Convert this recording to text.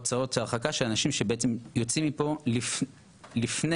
לפני חלוף ששת החודשים ובמסגרת הליך ההרחקה,